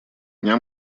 дня